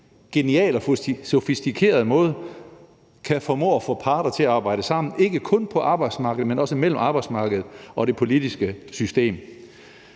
genial og sofistikeret måde kan formå at få parter til at arbejde sammen, ikke kun på arbejdsmarkedet, men også mellem arbejdsmarkedet og det politiske system.